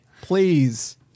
Please